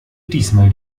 diesmal